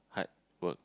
hard work